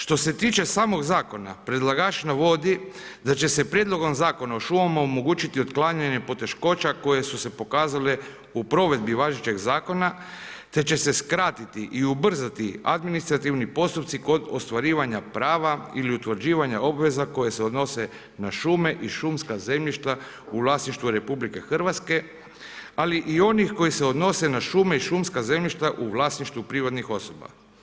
Što se tiče samog zakona predlagač navodi da će se Prijedlogom zakona o šumama omogućiti otklanjanje poteškoća koje su se pokazale u provedbi važećeg zakona te će se skratiti i ubrzati administrativni postupci kod ostvarivanja prava ili utvrđivanja obveza koje se odnose na šume i šumska zemljišta u vlasništvu RH ali i onih koji se odnose na šume i šumska zemljišta u vlasništvu privatnih osoba.